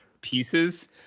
pieces